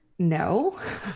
no